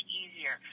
easier